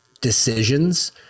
decisions